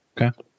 Okay